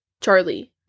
Charlie